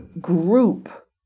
group